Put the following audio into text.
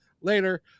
later